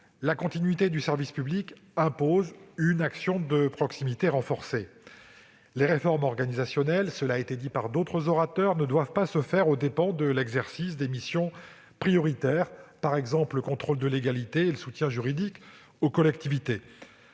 La continuité du service public impose une action de proximité renforcée. Les réformes organisationnelles ne doivent pas se faire aux dépens de l'exercice de missions prioritaires, telles que le contrôle de légalité ou le soutien juridique aux collectivités.